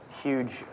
Huge